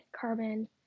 carbon